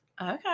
Okay